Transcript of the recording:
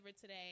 today